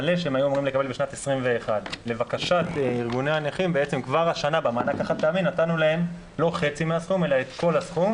אמורים לקבל בשנת 2021. כבר השנה נתנו להם את כל הסכום